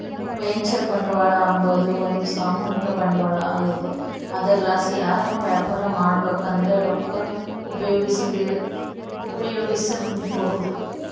venture ಬಂಡವಾಳ ಅಂಬಾದು ಒಂದು ಸಾಮೂಹಿಕ ಬಂಡವಾಳ ಆಗೆತೆ ಅದರ್ಲಾಸಿ ಯಾರನ ವ್ಯಾಪಾರ ಮಾಡ್ಬಕಂದ್ರ ರೊಕ್ಕ ಉಪಯೋಗಿಸೆಂಬಹುದು